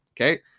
okay